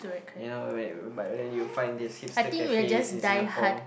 you know where but when you find these hipster cafes in Singapore